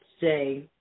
say